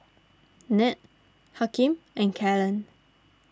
Ned Hakeem and Kalen